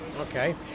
Okay